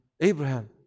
Abraham